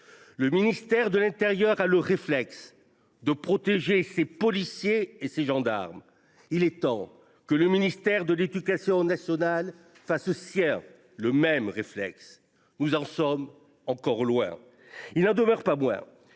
Le ministère de l’intérieur a le réflexe de protéger ses policiers et ses gendarmes. Il est temps que le ministère de l’éducation nationale adopte le même réflexe ; nous en sommes encore loin. Oui ! Il n’en demeure pas moins